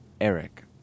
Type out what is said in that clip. Eric